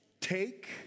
Take